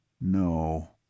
No